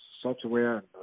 software